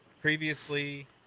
previously